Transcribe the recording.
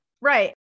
Right